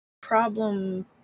problem